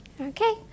Okay